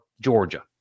Georgia